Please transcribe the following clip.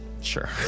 Sure